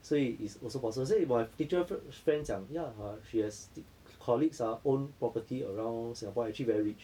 所以 it's also possible 所以 for my fr~ teacher fr~ friend 讲 ya !huh! she has th~ colleagues ah own property around singapore actually very rich